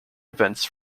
events